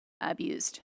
abused